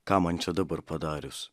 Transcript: ką man čia dabar padarius